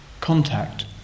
contact